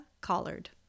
Collard